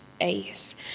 ace